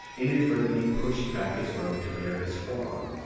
inadvertently pushed back his robe to bare his forearm.